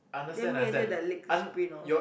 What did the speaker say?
then make until the legs sprain off